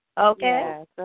Okay